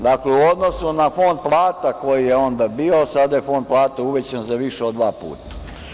Dakle, u odnosu na fond plata koji je onda bio sada je fond plata uvećan za više od dva puta.